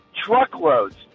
truckloads